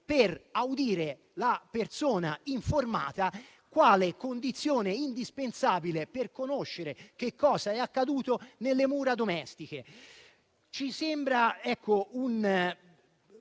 per audire la persona informata quale condizione indispensabile per conoscere cos'è accaduto tra le mura domestiche.